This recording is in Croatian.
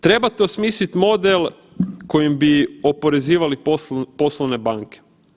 Trebate osmisliti model kojim bi oporezivali poslovne banke.